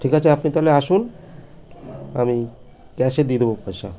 ঠিক আছে আপনি তাহলে আসুন আমি ক্যাশে দিয়ে দেব পয়সা